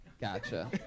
Gotcha